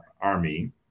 army